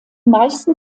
meisten